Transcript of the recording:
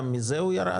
גם מזה הוא ירד?